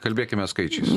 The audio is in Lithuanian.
kalbėkime skaičiais